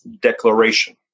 Declaration